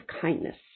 kindness